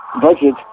budget